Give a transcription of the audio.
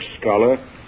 scholar